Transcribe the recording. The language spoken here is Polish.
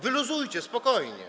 Wyluzujcie, spokojnie.